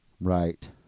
Right